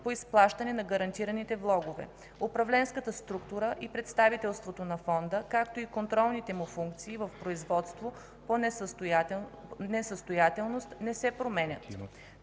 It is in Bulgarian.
по изплащане на гарантираните влогове. Управленската структура и представителството на Фонда, както и контролните му функции в производството по несъстоятелност не се променят.